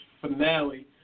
finale